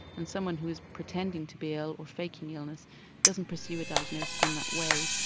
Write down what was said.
and someone who is pretending to be ill or faking illness doesn't pursue a diagnosis in that way.